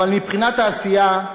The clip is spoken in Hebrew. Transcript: אבל מבחינת העשייה,